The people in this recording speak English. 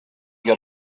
got